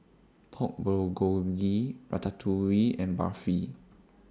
Pork Bulgogi Ratatouille and Barfi